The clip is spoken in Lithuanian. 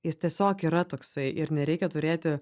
jis tiesiog yra toksai ir nereikia turėti